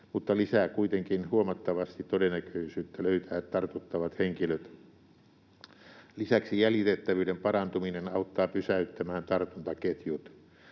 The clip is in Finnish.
mutta lisää kuitenkin huomattavasti todennäköisyyttä löytää tartuttavat henkilöt. Lisäksi jäljitettävyyden parantuminen auttaa pysäyttämään tartuntaketjut.